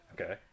Okay